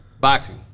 Boxing